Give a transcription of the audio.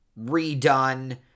redone